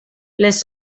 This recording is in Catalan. les